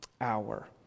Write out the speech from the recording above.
hour